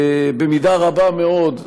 במידה רבה מאוד,